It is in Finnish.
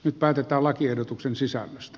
nyt päätetään lakiehdotuksen sisällöstä